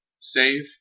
save